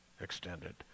extended